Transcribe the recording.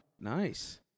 Nice